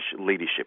leadership